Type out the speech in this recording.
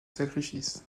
sacrifices